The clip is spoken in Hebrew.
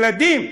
ילדים.